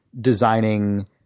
designing